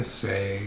say